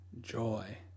joy